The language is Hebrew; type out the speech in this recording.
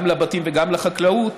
גם לבתים וגם לחקלאות,